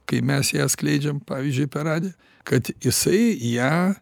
kai mes ją skleidžiam pavyzdžiui per radiją kad jisai ją